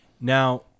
Now